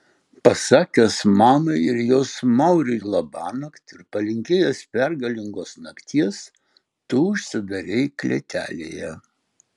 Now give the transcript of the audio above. pasakęs mamai ir jos mauriui labanakt ir palinkėjęs pergalingos nakties tu užsidarei klėtelėje